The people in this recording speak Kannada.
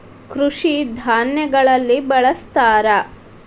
ಕೃಷಿ ಧಾನ್ಯಗಳಲ್ಲಿ ಬಳ್ಸತಾರ